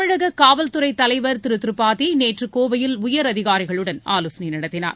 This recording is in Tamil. தமிழக காவல்துறை தலைவர் திரு திரிபாதி நேற்று கோவையில் உயர் அதிகாரிகளுடன் ஆலோசனை நடத்தினார்